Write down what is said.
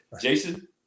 Jason